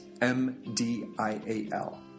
M-D-I-A-L